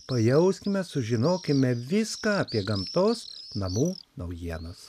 pajauskime sužinokime viską apie gamtos namų naujienas